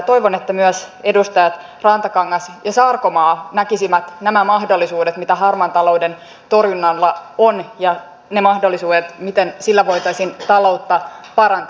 toivon että myös edustajat rantakangas ja sarkomaa näkisivät nämä mahdollisuudet mitä harmaan talouden torjunnalla on ja ne mahdollisuudet miten sillä voitaisiin taloutta parantaa